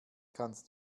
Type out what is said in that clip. kannst